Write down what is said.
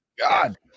god